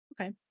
Okay